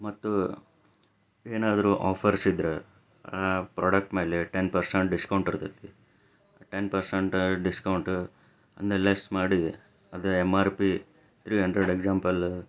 ಮತ್ತೂ ಏನಾದರೂ ಆಫರ್ಸ್ ಇದ್ದರೆ ಆ ಪ್ರಾಡಕ್ಟ್ ಮೇಲೆ ಟೆನ್ ಪರ್ಸೆಂಟ್ ಡಿಸ್ಕೌಂಟ್ ಇರತೈತಿ ಟೆನ್ ಪರ್ಸೆಂಟ್ ಡಿಸ್ಕೌಂಟ್ ಲೆಸ್ ಮಾಡಿ ಅದು M R P three hundred example